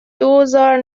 دوزار